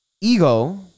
Ego